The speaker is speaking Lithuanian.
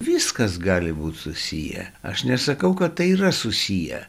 viskas gali būt susiję aš nesakau kad tai yra susiję